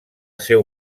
seu